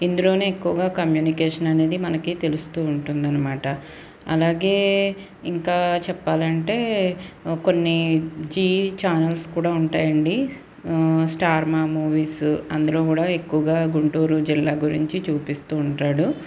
ఇందులోనే ఎక్కువగా కమ్యూనికేషన్ అనేది మనకి తెలుస్తూ ఉంటుందనమాట అలాగే ఇంకా చెప్పాలంటే కొన్ని టీవీ ఛానల్స్ కూడా ఉంటాయండి స్టార్ మా మూవీస్ అందులో కూడా ఎక్కువగా గుంటూరు జిల్లా గురించి చూపిస్తూ ఉంటాడు